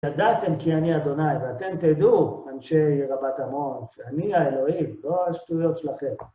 ידעתם כי אני אדוניי ואתם תדעו, אנשי רבת עמון, שאני האלוהים, לא השטויות שלכם.